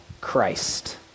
Christ